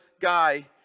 guy